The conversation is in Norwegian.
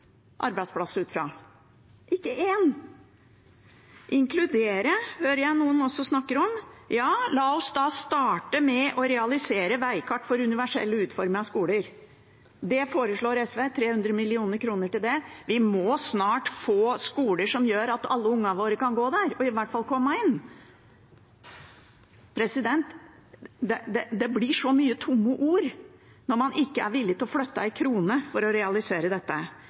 arbeidsplass ut fra – ikke én. Inkludere, hører jeg også noen snakke om. Ja, la oss da starte med å realisere veikartet for universelt utformede skoler. Til det foreslår SV 300 mill. kr. Vi må snart få skoler som gjør at alle ungene våre kan gå der, i hvert fall komme inn. Det blir så mange tomme ord når man ikke er villig til å flytte en krone for å realisere dette.